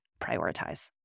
prioritize